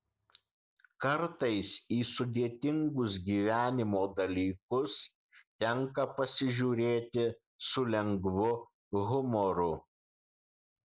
kartais į sudėtingus gyvenimo dalykus tenka pasižiūrėti su lengvu humoru